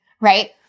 right